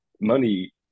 money